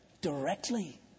directly